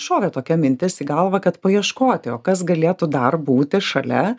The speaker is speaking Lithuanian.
šovė tokia mintis į galvą kad paieškoti o kas galėtų dar būti šalia